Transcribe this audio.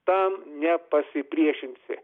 tam nepasipriešinsi